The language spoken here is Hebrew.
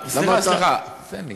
סליחה, סליחה, תן לי.